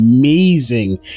amazing